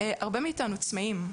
והרבה מאיתנו צמאים.